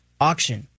auction